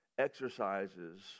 exercises